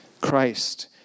Christ